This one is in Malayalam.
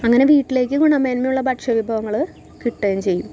അങ്ങനെ വീട്ടിലേക്ക് ഗുണമേന്മയുള്ള ഭഷ്യവിഭവങ്ങൾ കിട്ടേം ചെയ്യും